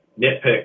nitpick